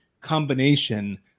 combination